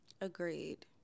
Agreed